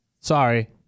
sorry